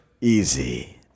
easy